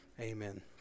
amen